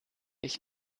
ich